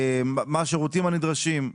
מה השירותים הנדרשים.